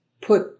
put